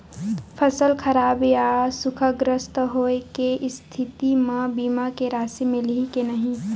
फसल खराब या सूखाग्रस्त होय के स्थिति म बीमा के राशि मिलही के नही?